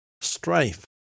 strife